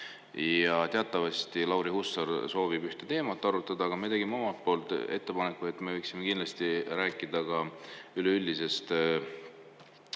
ja teatavasti Lauri Hussar soovib seal ühte teemat arutada. Aga me tegime omalt poolt ettepaneku, et me võiksime kindlasti rääkida ka üleüldisest